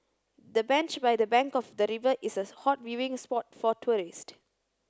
the bench by the bank of the river is a hot viewing spot for tourists